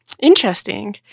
Interesting